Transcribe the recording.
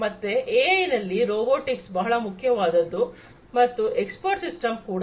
ಮತ್ತೆ ಎಐ ನಲ್ಲಿ ರೋಬೋಟಿಕ್ಸ್ ಬಹಳ ಮುಖ್ಯವಾದದ್ದು ಮತ್ತು ಎಕ್ಸ್ಪರ್ಟ್ ಸಿಸ್ಟಂಗಳಲ್ಲಿ ಕೂಡ